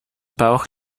bauch